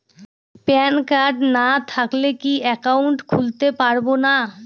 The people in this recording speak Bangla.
প্যান কার্ড না থাকলে কি একাউন্ট খুলতে পারবো না?